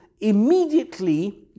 immediately